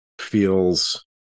feels